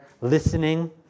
listening